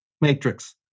matrix